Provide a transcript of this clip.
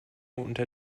unter